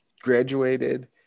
graduated